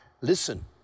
Listen